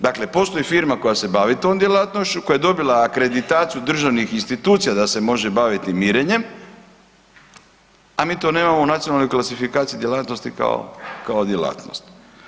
Dakle, postoji firma koja se bavi tom djelatnošću koja je dobila akreditaciju državnih institucija da se može baviti mirenjem, a mi to nemamo u nacionalnoj klasifikaciji djelatnosti kao djelatnost.